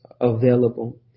available